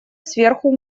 сверху